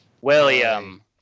William